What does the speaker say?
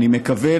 אני מקווה,